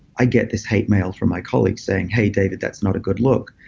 i get this hate mail from my colleagues saying, hey, david. that's not a good look.